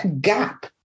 gap